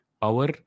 Power